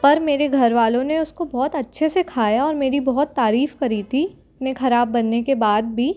पर मेरे घरवालों ने उसको बहुत अच्छे से खाया और मेरी बहुत तारीफ करी थी इतने खराब बनने के बाद भी